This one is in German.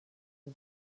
und